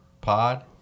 pod